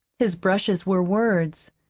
his brushes were words,